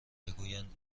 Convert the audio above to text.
بگویند